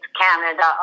Canada